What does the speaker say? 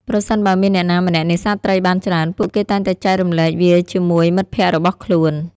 ប្រសិនបើមានអ្នកណាម្នាក់នេសាទត្រីបានច្រើន ពួកគេតែងតែចែករំលែកវាជាមួយមិត្តភក្តិរបស់ខ្លួន។